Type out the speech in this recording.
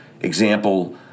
example